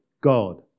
God